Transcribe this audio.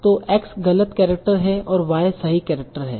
तो x गलत character है और y सही केरेक्टर है